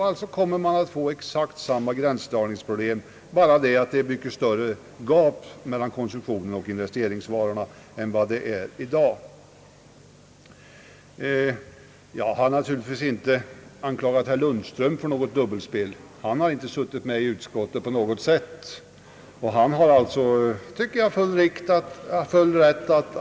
Alltså kommer det att finnas exakt samma gränsdragningsproblem, bara med den skillnaden att det blir ett mycket större gap mellan konsumtionsvaror och investeringsvaror än vad det är i dag. Jag har naturligtvis inte anklagat herr Lundström för något dubbelspel. Han har inte suttit med i utskottet och har alltså, tycker jag, full rätt att lägga fram ett förslag.